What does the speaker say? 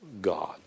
God